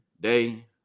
day